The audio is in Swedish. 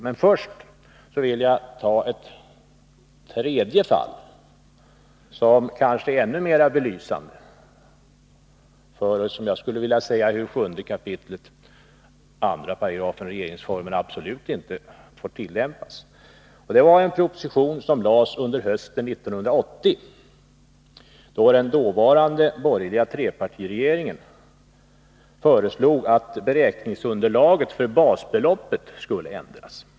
Men först vill jag ta upp ett tredje fall som är ännu mera belysande; det visar hur enligt min mening 7 kap. 2§ regeringsformen absolut inte får tillämpas. Det gäller en proposition som framlades hösten 1980, då den dåvarande borgerliga trepartiregeringen föreslog att beräkningsunderlaget för basbeloppet skulle ändras.